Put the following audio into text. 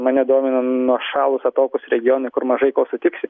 mane domina nuošalūs atokūs regionai kur mažai ko sutiksi